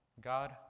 God